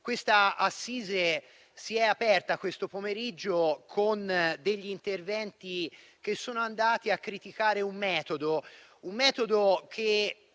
Questa assise si è aperta questo pomeriggio con degli interventi che sono andati a criticare un metodo, che